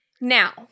Now